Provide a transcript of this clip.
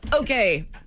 Okay